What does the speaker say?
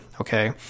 okay